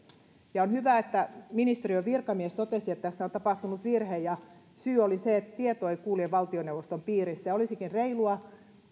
on hyvä että ministeriön virkamies totesi että tässä on tapahtunut virhe ja syy oli se että tieto ei kulje valtioneuvoston piirissä olisikin reilua